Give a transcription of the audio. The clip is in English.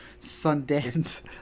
Sundance